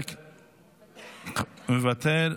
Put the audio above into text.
מוותר,